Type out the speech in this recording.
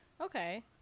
Okay